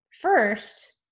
first